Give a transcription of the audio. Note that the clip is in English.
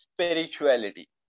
spirituality